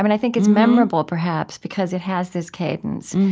i think it's memorable perhaps because it has this cadence.